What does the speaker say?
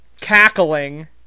cackling